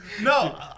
No